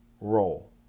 role